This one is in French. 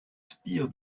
sbires